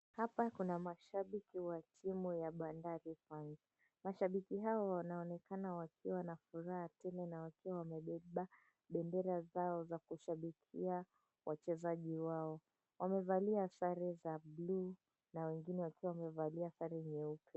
Hapa kuna mashabiki wa timu ya Bandari Fans. Mashabiki hawa wanaonekana wakiwa na furaha tele na wakiwa wamebeba bendera zao za kushabikia wachezaji wao. Wamevalia sare za buluu na wengine wakiwa wamevalia sare nyeupe.